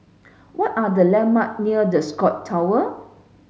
what are the landmark near The Scott Tower